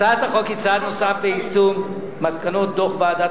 הצעת החוק היא צעד נוסף ביישום מסקנות דוח ועדת